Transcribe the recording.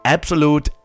Absolute